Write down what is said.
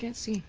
and c